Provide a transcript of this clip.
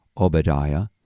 Obadiah